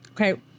Okay